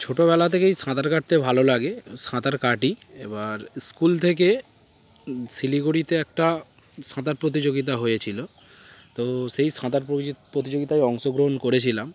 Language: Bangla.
ছোটোবেলা থেকেই সাঁতার কাটতে ভালো লাগে সাঁতার কাটি এবার স্কুল থেকে শিলিগুড়িতে একটা সাঁতার প্রতিযোগিতা হয়েছিলো তো সেই সাঁতার প প্রতিযোগিতায় অংশগ্রহণ করেছিলাম